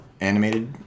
Animated